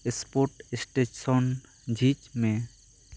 spot station ᱡᱷᱤᱡᱽ ᱢᱮ